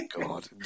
God